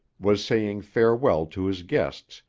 was saying farewell to his guests,